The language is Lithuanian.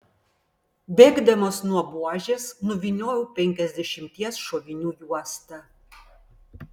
bėgdamas nuo buožės nuvyniojau penkiasdešimties šovinių juostą